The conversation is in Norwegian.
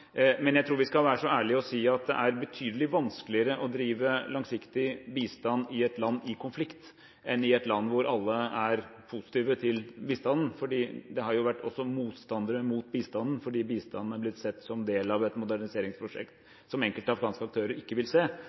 Men jeg tror vi skal være så ærlige å si at det er betydelig vanskeligere å drive langsiktig bistand i et land i konflikt enn i et land hvor alle er positive til bistanden. Det har jo vært også motstandere av bistanden, fordi bistanden har blitt sett på som del av et moderniseringsprosjekt som enkelte afghanske aktører ikke vil se.